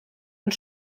und